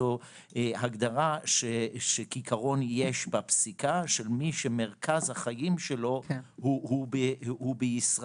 זו הגדרה שכעיקרון יש בפסיקה של מי שמרכז החיים שלו הוא בישראל.